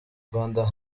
rwanda